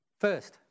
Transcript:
First